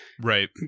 Right